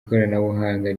ikoranabuhanga